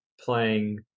playing